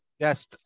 Yes